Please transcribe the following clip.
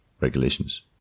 regulations